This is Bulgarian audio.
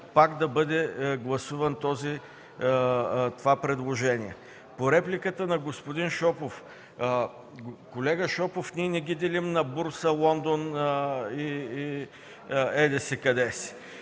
пак да бъде гласувано това предложение. По репликата на господин Шопов. Колега Шопов, ние не ги делим на Бурса, Лондон и еди си къде.